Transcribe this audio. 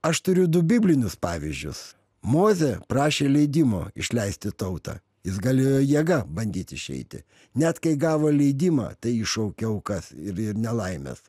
aš turiu du biblinius pavyzdžius mozė prašė leidimo išleisti tautą jis galėjo jėga bandyt išeiti net kai gavo leidimą tai jį šaukiau kas ir ir nelaimės